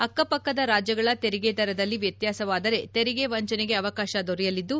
ಅಕ್ಕಪಕ್ಕದ ರಾಜ್ಯಗಳ ತೆರಿಗೆ ದರದಲ್ಲಿ ವ್ಯತ್ಯಾಸವಾದರೆ ತೆರಿಗೆ ವಂಚನೆಗೆ ಅವಕಾಶ ದೊರೆಯಲಿದ್ದು